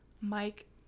mike